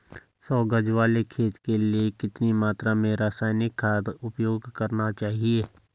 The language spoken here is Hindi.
सौ गज वाले खेत के लिए कितनी मात्रा में रासायनिक खाद उपयोग करना चाहिए?